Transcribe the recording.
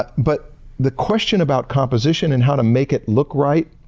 but but the question about composition and how to make it look right